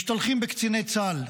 משתלחים בקציני צה"ל,